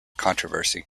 controversy